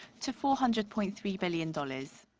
to four hundred point three billion dollars.